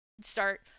start